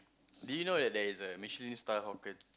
do you know that there is a Michelin star hawker